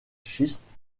schistes